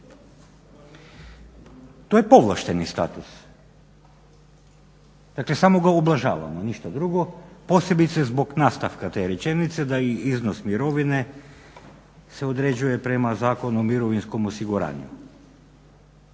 To je povlašteni status. Dakle, samo ga ublažavamo ništa drugo posebice zbog nastavka te rečenice da i iznos mirovine se određuje prema Zakonu o mirovinskom osiguranju